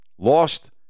lost